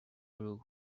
roof